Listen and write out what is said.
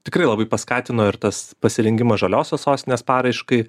tikrai labai paskatino ir tas pasirengimas žaliosios sostinės paraiškai